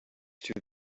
two